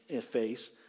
face